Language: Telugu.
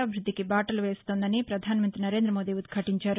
అభివ్బద్దికి బాటలు వేస్తోందని పధాన మంతి నరేంద్ర మోదీ ఉద్యాటించారు